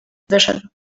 wyszedł